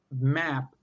map